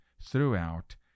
throughout